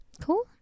Cool